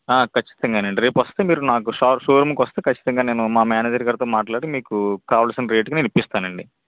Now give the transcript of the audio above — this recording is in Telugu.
ఆ ఖచ్చితంగానండి రేపు వస్తే మీరు మీరు నాకు షో రూం కి వస్తే ఖచ్చితంగా నేను మా మేనేజర్ గారితో మాట్లాడి మీకు కావలిసిన రేటుకి నేను ఇప్పిస్తానండి